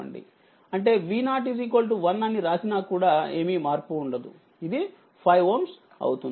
అంటే V01 అని రాసినా కూడా ఏమీ మార్పు ఉండదు ఇది 5Ω అవుతుంది